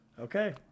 Okay